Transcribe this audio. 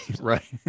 right